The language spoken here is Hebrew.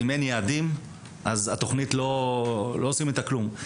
אם אין יעדים אז התכנית לא עושים איתה כלום.